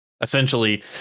essentially